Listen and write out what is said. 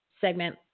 segment